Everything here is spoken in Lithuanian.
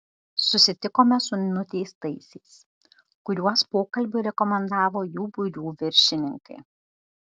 susitikome su nuteistaisiais kuriuos pokalbiui rekomendavo jų būrių viršininkai